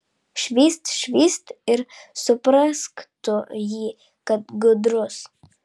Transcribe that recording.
švyst švyst ir suprask tu jį kad gudrus